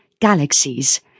galaxies